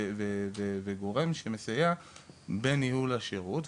מעטפת וגורם שמסייע בניהול השירות.